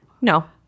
No